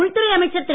உள்துறை அமைச்சர் திரு